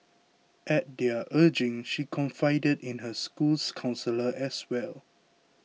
at their urging she confided in her school's counsellor as well